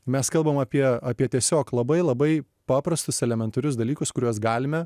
mes kalbam apie apie tiesiog labai labai paprastus elementarius dalykus kuriuos galime